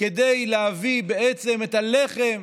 כדי להביא בעצם את הלחם,